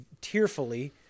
tearfully